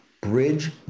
bridge